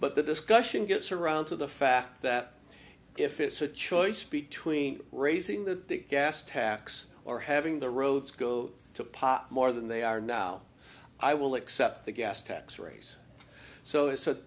but the discussion gets around to the fact that if it's a choice between raising the gas tax or having the roads go to pot more than they are now i will accept the gas tax raise so it's a